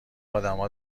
ادما